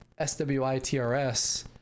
SWITRS